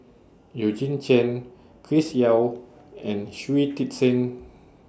Eugene Chen Chris Yeo and Shui Tit Sing